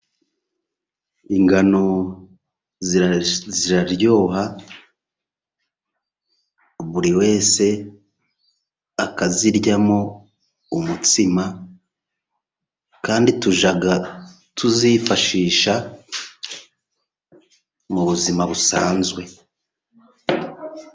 Ingano ziraryoha, buri wese akaziryamo umutsima, kandi tujya tuzifashisha mu buzima busanzwe.